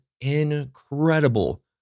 incredible